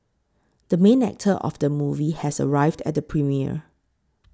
the main actor of the movie has arrived at the premiere